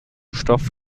stoff